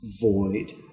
void